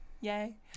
Yay